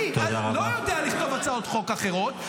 אני לא יודע לכתוב הצעות חוק אחרות,